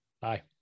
Bye